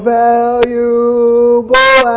valuable